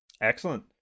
Excellent